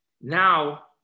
Now